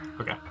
Okay